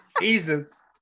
Jesus